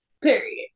period